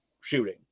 shooting